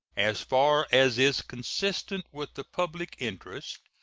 as far as is consistent with the public interest,